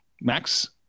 Max